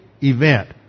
event